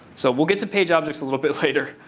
so we'll get to page objects a little bit layer.